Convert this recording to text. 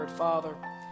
Father